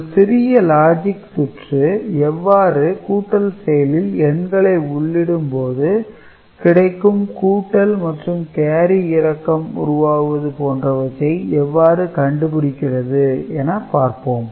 ஒரு சிறிய லாஜிக் சுற்று எவ்வாறு கூட்டல் செயலில் எண்களை உள்ளிடும் போது கிடைக்கும் கூட்டல் மற்றும் கேரி இறக்கம் உருவாகுவது போன்றவற்றை எவ்வாறு கண்டுபிடிக்கிறது என பார்ப்போம்